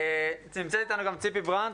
נמצאת איתנו גם ציפי ברנד,